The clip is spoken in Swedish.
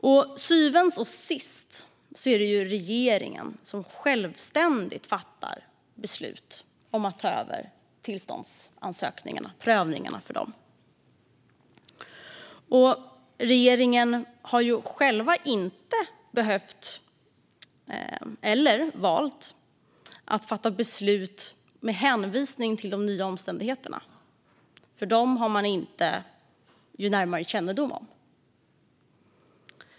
Till syvende och sist är det regeringen som självständigt fattar beslut om att ta över tillståndsansökningarna och prövningarna av dem. Regeringen har själv inte behövt, eller valt att, fatta beslut med hänvisning till de nya omständigheterna. Dem har man nämligen ingen närmare kännedom om.